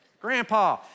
Grandpa